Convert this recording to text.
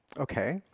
ok,